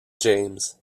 james